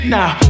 Now